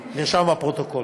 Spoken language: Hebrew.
נרשם בפרוטוקול.